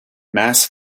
mass